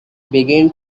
began